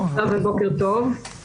בוקר טוב.